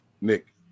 Nick